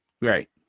Right